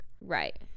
right